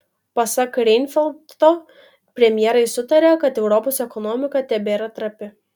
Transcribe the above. pasak reinfeldto premjerai sutarė kad europos ekonomika tebėra trapi